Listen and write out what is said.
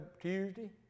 Tuesday